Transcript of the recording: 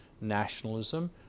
nationalism